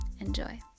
Enjoy